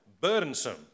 burdensome